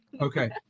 Okay